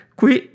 qui